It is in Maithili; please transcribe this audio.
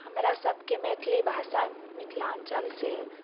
हमरासभके मैथिली भाषा मिथिलाञ्चलसँ